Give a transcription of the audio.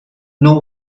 know